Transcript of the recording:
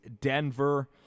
Denver